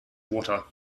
water